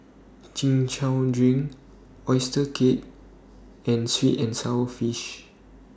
Chin Chow Drink Oyster Cake and Sweet and Sour Fish